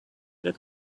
that